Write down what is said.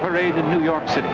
parade in new york city